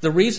the reason